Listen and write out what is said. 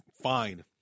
fine